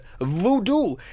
Voodoo